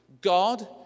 God